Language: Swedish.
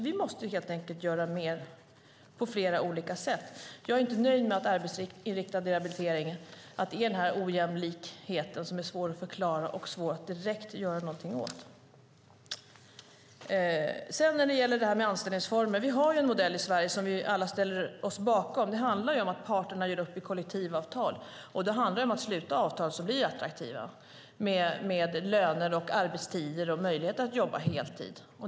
Vi måste helt enkelt göra på flera olika sätt. Jag är inte nöjd med att arbetsinriktad rehabilitering har den här ojämlikheten som är svår att förklara och svår att direkt göra något åt. När det gäller anställningsformer har vi en modell i Sverige som vi alla ställer oss bakom. Det handlar om att parterna gör upp i kollektivavtal, och det handlar om att sluta avtal som blir attraktiva när det gäller löner och arbetstid och möjlighet att jobba heltid.